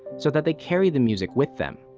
so that they carry the music with them.